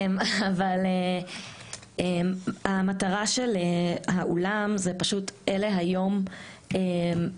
אבל המטרה של ה"אולם" זה פשוט אלה היום החרגות